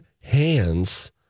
hands